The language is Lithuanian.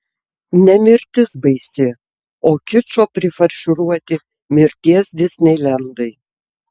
ne mirtis baisi o kičo prifarširuoti mirties disneilendai